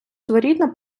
своєрідна